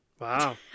wow